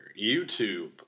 YouTube